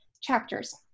chapters